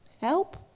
help